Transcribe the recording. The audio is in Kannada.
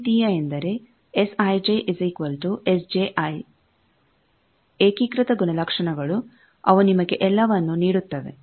ಸಮ್ಮೀತೀಯ ಎಂದರೆ SijS ji ಏಕೀಕೃತ ಗುಣಲಕ್ಷಣಗಳು ಅವು ನಿಮಗೆ ಎಲ್ಲಾವನ್ನೂ ನೀಡುತ್ತವೆ